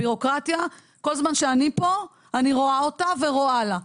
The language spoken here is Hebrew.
הבירוקרטיה כל זמן שאני פה אני רואה אותה ורואה לה.